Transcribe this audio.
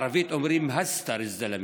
בערבית אומרים: (אומר בערבית: הבן אדם השתגע,